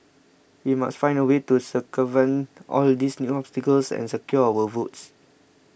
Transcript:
we must find a way to circumvent all these new obstacles and secure our votes